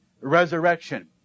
resurrection